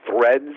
threads